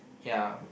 ya